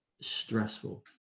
stressful